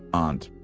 and.